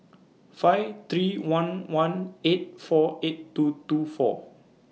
five three one one eight four eight two two four